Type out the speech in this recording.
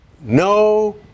no